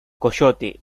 coyote